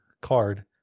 card